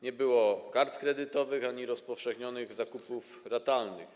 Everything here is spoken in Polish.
Nie było kart kredytowych ani rozpowszechnionych zakupów ratalnych.